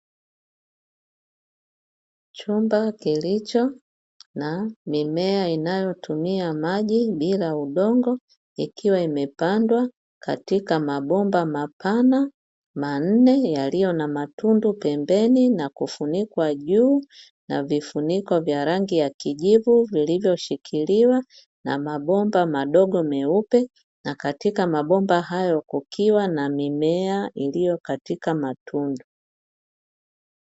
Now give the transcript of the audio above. Chumba kilicho na mimea inayotumia maji bila udongo, ikiwa imepandwa katika mabomba mapana manne yaliyo na matundu pembeni na kufunikwa juu na vifuniko vya rangi ya kijivu vilivyoshikiliwa na mabomba madogo meupe; na katika mabomba hayo kukiwa na mimea iliyo katika matundu.